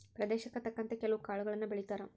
ಪ್ರದೇಶಕ್ಕೆ ತಕ್ಕಂತೆ ಕೆಲ್ವು ಕಾಳುಗಳನ್ನಾ ಬೆಳಿತಾರ